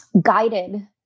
guided